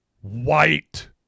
white